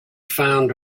found